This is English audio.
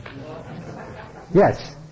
Yes